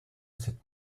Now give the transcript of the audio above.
cette